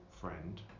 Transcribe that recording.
friend